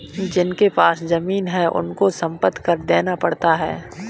जिनके पास जमीने हैं उनको संपत्ति कर देना पड़ता है